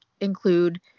include